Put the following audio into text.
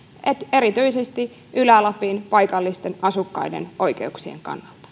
erityisesti ylä lapin paikallisten asukkaiden oikeuksien kannalta